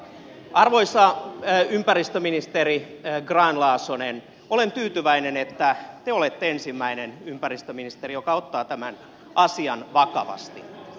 arvoisa ympäristöministeri grahn laasonen olen tyytyväinen että te olette ensimmäinen ympäristöministeri joka ottaa tämän asian vakavasti